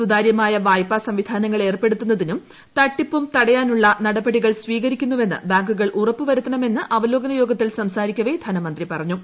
സുതാര്യമായ വായ്പ സംവിധാനങ്ങൾ ഏർപ്പെടൂത്തുന്നതിനും തട്ടിപ്പും തടയാനുമുള്ള നടപടികൾ സ്വീകരിക്കുന്നുവെന്ന് ബാങ്കുകൾ ഉറപ്പ് വരുത്തണമെന്ന് അവലോകന യോഗത്തിൽ സ്റ്റ്സാരിക്കവേ ധനമന്ത്രി പറഞ്ഞു